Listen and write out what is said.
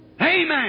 Amen